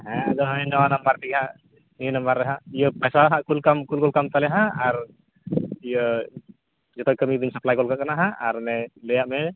ᱦᱮᱸ ᱟᱫᱚ ᱦᱟᱸᱜ ᱱᱚᱣᱟ ᱱᱟᱢᱵᱟᱨᱛᱮᱜᱮ ᱦᱟᱸᱜ ᱱᱤᱭᱟᱹ ᱢᱟᱱᱵᱟᱨ ᱨᱮᱦᱟᱜ ᱤᱭᱟᱹ ᱯᱚᱭᱥᱟ ᱦᱟᱸᱜ ᱠᱳᱞ ᱠᱟᱜ ᱠᱳᱞ ᱜᱚᱫ ᱠᱟᱜ ᱢᱮᱦᱟᱸᱜ ᱛᱟᱦᱮᱞᱮ ᱦᱟᱸᱜ ᱟᱨ ᱤᱭᱟᱹ ᱡᱚᱛᱚ ᱠᱟᱹᱢᱤ ᱫᱚᱧ ᱥᱟᱯᱞᱟᱭ ᱜᱚᱫ ᱠᱟᱜ ᱠᱟᱱᱟ ᱦᱟᱸᱜ ᱟᱨ ᱚᱱᱮ ᱞᱟᱹᱭᱟᱫ ᱢᱮ